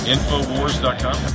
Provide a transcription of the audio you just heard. Infowars.com